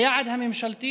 היעד הממשלתי